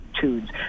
tunes